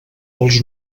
dels